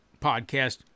podcast